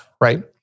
Right